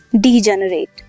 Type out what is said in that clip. degenerate